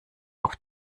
auf